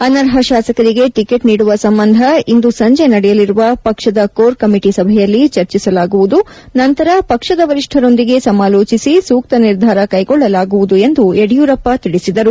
ಅನರ್ಹ ಶಾಸಕರಿಗೆ ಟಿಕೆಟ್ ನೀಡುವ ಸಂಬಂಧ ಇಂದು ಸಂಜೆ ನಡೆಯಲಿರುವ ಪಕ್ಷದ ಕೋರ್ ಕಮಿಟಿ ಸಭೆಯಲ್ಲಿ ಚರ್ಚಿಸಲಾಗುವುದುನಂತರ ಪಕ್ಷದ ವರಿಷ್ಠರೊಂದಿಗೆ ಸಮಾಲೋಚಿಸಿ ಸೂಕ್ತ ನಿರ್ಧಾರ ಕೈಗೊಳ್ಳಲಾಗುವುದು ಎಂದು ಯಡಿಯೂರಪ್ಪ ತಿಳಿಸಿದರು